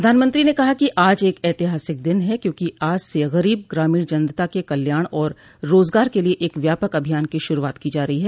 प्रधानमंत्री ने कहा कि आज एक ऐतिहासिक दिन है क्योंकि आज से गरीब ग्रामीण जनता के कल्याण और रोजगार के लिए एक व्यापक अभियान की शुरूआत की जा रही है